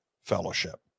fellowship